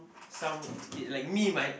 some okay like me my